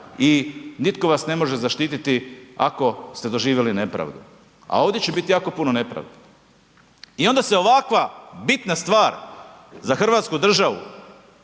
i nitko vas ne može zaštititi ako ste doživjeli nepravdu. A ovdje će biti jako puno nepravdi. I onda se ovakva bitna stvar za hrvatsku državu,